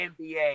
nba